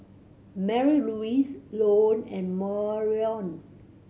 Marylouise Lone and Marion